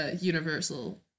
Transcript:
universal